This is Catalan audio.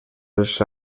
els